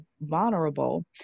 vulnerable